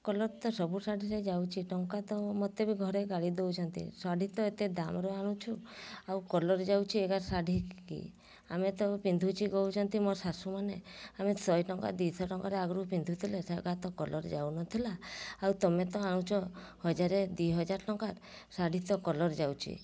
colour ତ ସବୁ ଶାଢ଼ୀରେ ଯାଉଛି ଟଙ୍କା ତ ମୋତେ ବି ଘରେ ଗାଳି ଦଉଛନ୍ତି ଶାଢ଼ୀ ତ ଏତେ ଦାମ୍ର ଆଣୁଛୁ ଆଉ କଲର୍ ଯାଉଛି ଶାଢ଼ୀ କି ଆମେ ତ ପିନ୍ଧୁଛି କହୁଛନ୍ତି ମୋର ଶାଶୁମାନେ ଆମେ ଶହେଟଙ୍କା ଦୁଇଶହ ଟଙ୍କାରେ ଆଗରୁ ପିନ୍ଧୁଥିଲୁ କଲର୍ ଯାଉନଥିଲା ଆଉ ତମେ ତ ଆଣୁଛ ହଜାର ଦୁଇ ହଜାର ଟଙ୍କାରେ ଶାଢୀ ତ କଲର୍ ଯାଉଛି